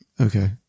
Okay